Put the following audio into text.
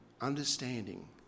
understanding